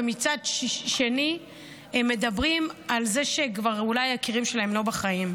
ומצד שני הם מדברים על זה שאולי היקירים שלהם כבר לא בחיים.